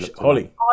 Holly